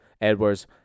Edwards